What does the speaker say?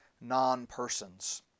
non-persons